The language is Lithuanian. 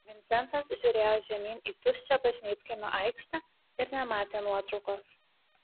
vincentas žiūrėjo žemyn į tuščią bažnytkaimio aikštę ir nematė nuotraukos